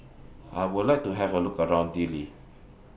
I Would like to Have A Look around Dili